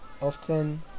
often